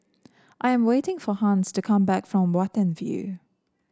I am waiting for Hans to come back from Watten View